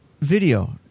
video